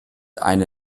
eine